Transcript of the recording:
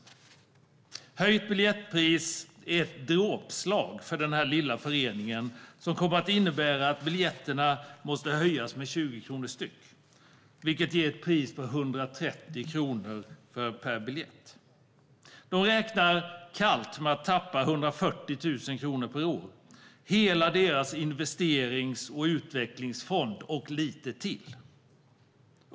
En höjning av biljettpriset är ett dråpslag för denna lilla förening som kommer att innebära att biljettpriset måste höjas med 20 kronor styck, vilket ger ett pris på 130 kronor per biljett. De räknar kallt med att förlora 140 000 kronor per år, hela deras investerings och utvecklingsfond och lite till.